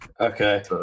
Okay